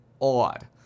odd